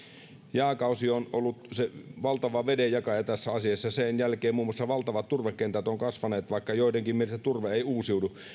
jääkausi on ollut se valtava vedenjakaja tässä asiassa sen jälkeen muun muassa valtavat turvekentät ovat kasvaneet joidenkin mielestä turve ei uusiudu